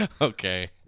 Okay